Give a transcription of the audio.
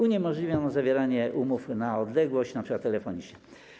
Uniemożliwi ona zawieranie umów na odległość, np. telefonicznie.